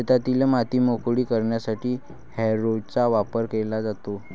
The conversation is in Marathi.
शेतातील माती मोकळी करण्यासाठी हॅरोचा वापर केला जातो